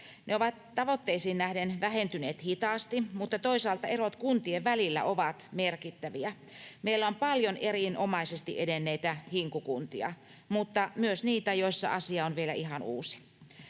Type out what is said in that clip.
Ne ovat tavoitteisiin nähden vähentyneet hitaasti, mutta toisaalta erot kuntien välillä ovat merkittäviä. Meillä on paljon erinomaisesti edenneitä Hinku-kuntia, mutta myös niitä, joissa asia on vielä ihan uusi.